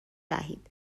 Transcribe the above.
دهید